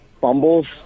fumbles